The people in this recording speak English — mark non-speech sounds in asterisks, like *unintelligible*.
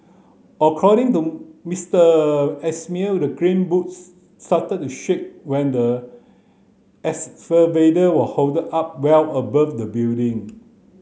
according to Mister Ismail the crane booms started to shake when the *unintelligible* was hold up well above the building